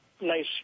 nice